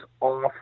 off